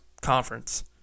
conference